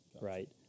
right